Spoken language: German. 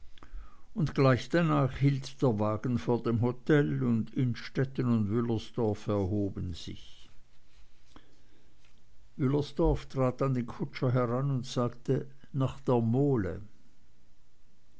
und gleich danach hielt der wagen vor dem hotel und innstetten und wüllersdorf erhoben sich wüllersdorf trat an den kutscher heran und sagte nach der mole